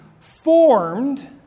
formed